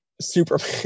superman